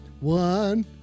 One